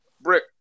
brick